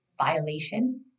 violation